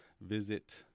visit